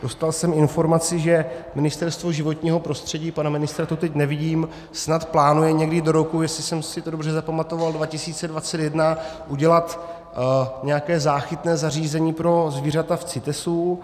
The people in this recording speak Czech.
Dostal jsem informaci, že Ministerstvo životního prostředí, pana ministra tu teď nevidím, snad plánuje někdy do roku, jestli jsem si to dobře zapamatoval, 2021 udělat nějaké záchytné zařízení pro zvířata v CITESu.